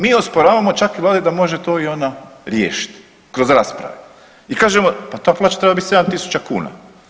Mi osporavamo čak i vladi da može to i ona riješit kroz rasprave i kažemo ta plaća treba biti 7.000 kuna.